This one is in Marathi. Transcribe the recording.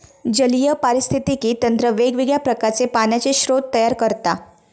जलीय पारिस्थितिकी तंत्र वेगवेगळ्या प्रकारचे पाण्याचे स्रोत तयार करता